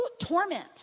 torment